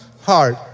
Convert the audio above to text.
heart